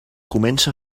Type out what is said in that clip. comença